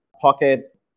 pocket